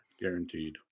Guaranteed